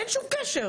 אין שום קשר.